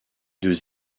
deux